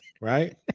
right